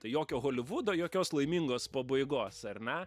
jokio holivudo jokios laimingos pabaigos ar ne